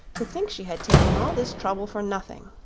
to think she had taken all this trouble for nothing.